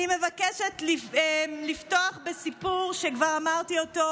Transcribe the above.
אני מבקשת לפתוח בסיפור שכבר אמרתי אותו,